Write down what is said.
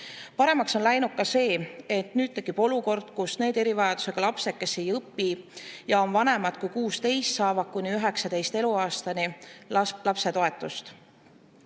Paremaks on läinud ka see, et nüüd tekib olukord, kus need erivajadusega lapsed, kes ei õpi ja on vanemad kui 16, saavad kuni 19. eluaastani lapsetoetust.